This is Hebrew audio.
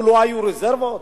לא היו רזרבות?